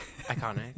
Iconic